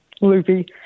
loopy